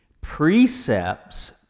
precepts